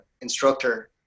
instructor